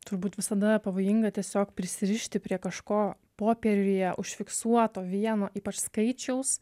turbūt visada pavojinga tiesiog prisirišti prie kažko popieriuje užfiksuoto vieno ypač skaičiaus